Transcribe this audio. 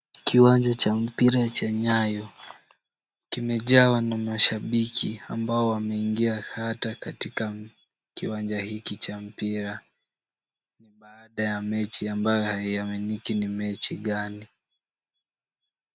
Kiwanja cha mpira cha Nyayo kimejawa na mashabiki, ambao wameingia hapa katika kiwanja hiki cha mpira. Ni baada ya mechi ambayo haieleweki ni mechi gani.